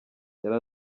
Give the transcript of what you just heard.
yari